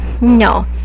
no